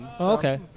Okay